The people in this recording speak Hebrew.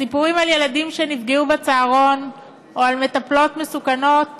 הסיפורים על ילדים שנפגעו בצהרון או על מטפלות מסוכנות